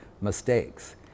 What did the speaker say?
mistakes